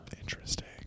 Interesting